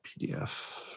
PDF